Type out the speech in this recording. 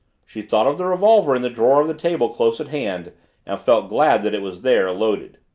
she thought of the revolver in the drawer of the table close at hand and felt glad that it was there, loaded.